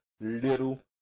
little